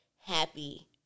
happy